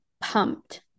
pumped